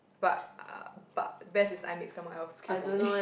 but uh but best is I make someone else queue for me